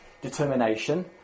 determination